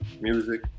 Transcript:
music